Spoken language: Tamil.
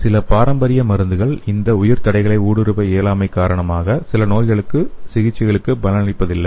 சில பாரம்பரிய மருந்துகள் இந்த உயிர் தடைகளை ஊடுருவ இயலாமை காரணமாக சில நோய்களுக்கான சிகிச்சைக்கு பலனளிப்பதில்லை